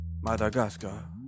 Madagascar